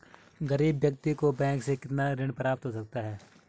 गरीब व्यक्ति को बैंक से कितना ऋण प्राप्त हो सकता है?